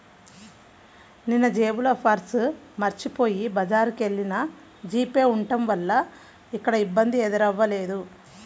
నిన్నజేబులో పర్సు మరచిపొయ్యి బజారుకెల్లినా జీపే ఉంటం వల్ల ఎక్కడా ఇబ్బంది ఎదురవ్వలేదు